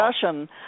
discussion